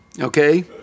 okay